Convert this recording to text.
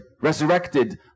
resurrected